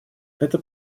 это